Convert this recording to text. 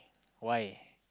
why